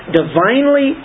divinely